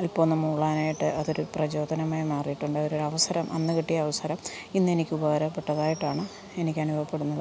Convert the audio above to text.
അൽപ്പം ഒന്ന് മൂളാനായിട്ട് അതൊരു പ്രചോദനമായി മാറിയിട്ടുണ്ട് ഒരവസരം അന്ന് കിട്ടിയ അവസരം ഇന്ന് എനിക്ക് ഉപകാരപ്പെട്ടതായിട്ടാണ് എനിക്ക് അനുഭവപ്പെടുന്നത്